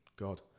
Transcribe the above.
God